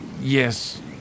Yes